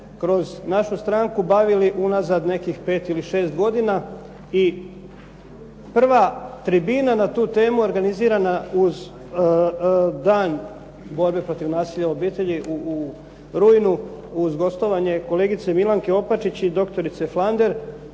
kroz našu stranku bavili unazad nekih 5 ili 6 godina. I prva tribina na tu temu organizirana uz dan borbe protiv nasilja u obitelji u rujnu uz gostovanje kolegice Milanke Opačić i doktorice Flander,